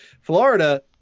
Florida